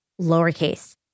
lowercase